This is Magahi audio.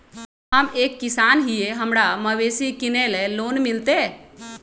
हम एक किसान हिए हमरा मवेसी किनैले लोन मिलतै?